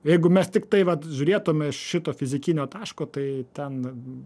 jeigu mes tiktai vat žiūrėtume šito fizikinio taško tai ten